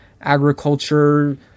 agriculture